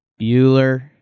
Bueller